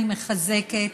אני מחזקת.